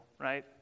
right